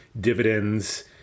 dividends